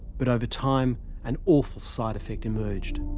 but over time an awful side-effect emerged.